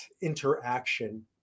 interaction